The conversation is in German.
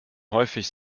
häufig